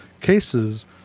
cases